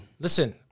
Listen